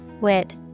wit